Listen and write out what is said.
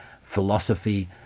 philosophy